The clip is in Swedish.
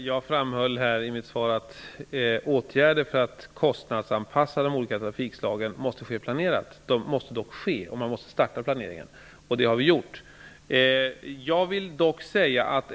Fru talman! I mitt svar framhöll jag att de åtgärder som tas för att kostnadsanpassa de olika trafikslagen måste ske planerat; de måste dock ske, och planeringen måste startas. Det har gjorts.